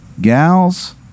gals